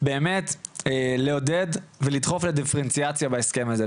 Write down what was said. באמת לעודד ולדחוף לדיפרנציאציה בהסכם הזה.